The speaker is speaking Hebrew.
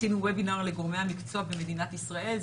עשינו Webinar לגורמי המקצוע במדינת ישראל.